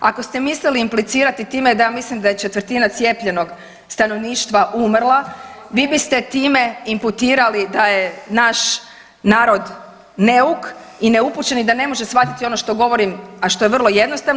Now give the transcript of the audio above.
Ako ste mislili implicirati time da ja mislim da je četvrtina cijepljenog stanovništva mrla vi biste time imputirali da je naš narod neuk i neupućen i da ne može shvatiti ono što govorim, a što je vrlo jednostavno.